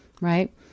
right